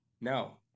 no